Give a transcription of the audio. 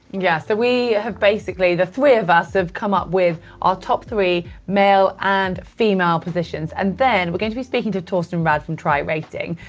yeah we have, basically, the three of us have come up with our top three male and female positions and then we're going to be speaking to thorsten radde from trirating.